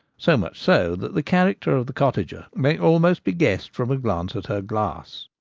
so much so that the character of the cottager may almost be guessed from a glance at her glass.